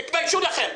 תתביישו לכם.